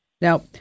Now